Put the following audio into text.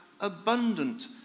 abundant